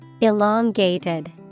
Elongated